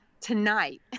tonight